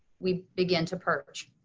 we begin to purge.